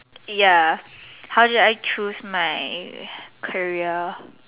ya how did I choose my career